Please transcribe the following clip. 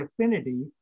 affinity